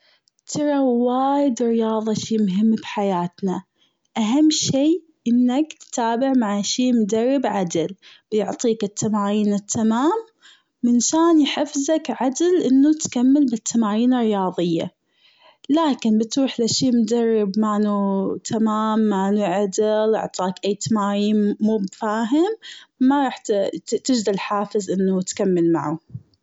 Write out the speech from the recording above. ترى وايد رياضة شي مهم بحياتنا، أهم شيء إنك تتابع مع شيء مدرب عدل، ويعطيك التمارين التمام منشان يحفزك عدل أنو تكمل بالتمارين الرياضية، لكن بتروح لشي مدرب مانو تمام مانو عدل اعطاك أي تمارين موب فاهم ما راح تجد الحافز أنو تكمل معه.